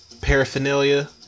paraphernalia